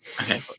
Okay